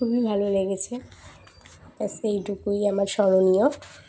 খুবই ভালো লেগেছে ব্যাস এইটুকুই আমার স্মরণীয়